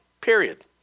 Period